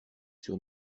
sur